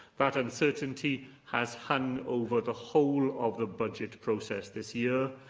that uncertainty has hung over the whole of the budget process this year,